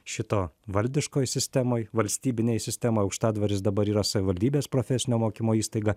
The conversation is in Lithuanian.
šito valdiškoj sistemoj valstybinėj sistemoj aukštadvaris dabar yra savivaldybės profesinio mokymo įstaiga